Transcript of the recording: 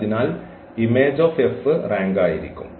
അതിനാൽ Image of F റാങ്കായിരിക്കും